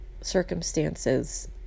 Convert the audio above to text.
circumstances